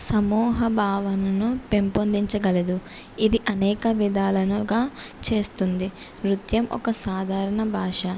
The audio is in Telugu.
సమోహా భావనను పెంపొందించగలదు ఇది అనేక విధానాలుగా చేస్తుంది నృత్యం ఒక సాధారణ భాష